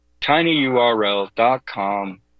tinyurl.com